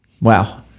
wow